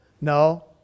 No